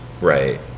Right